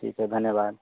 ठीक है धन्यवाद